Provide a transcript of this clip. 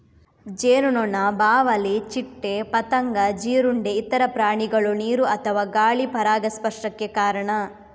ಜೇನುನೊಣ, ಬಾವಲಿ, ಚಿಟ್ಟೆ, ಪತಂಗ, ಜೀರುಂಡೆ, ಇತರ ಪ್ರಾಣಿಗಳು ನೀರು ಅಥವಾ ಗಾಳಿ ಪರಾಗಸ್ಪರ್ಶಕ್ಕೆ ಕಾರಣ